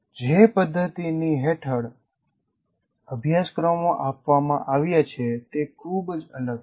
જે પ્રદ્ધતિની હેઠળ અભ્યાસક્રમો આપવામાં આવ્યા છે તે ખૂબ અલગ છે